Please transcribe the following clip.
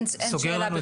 אין שאלה.